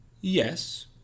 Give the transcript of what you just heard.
Yes